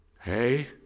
Hey